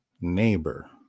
neighbor